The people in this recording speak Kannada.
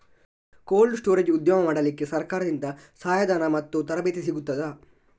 ಕೋಲ್ಡ್ ಸ್ಟೋರೇಜ್ ಉದ್ಯಮ ಮಾಡಲಿಕ್ಕೆ ಸರಕಾರದಿಂದ ಸಹಾಯ ಧನ ಮತ್ತು ತರಬೇತಿ ಸಿಗುತ್ತದಾ?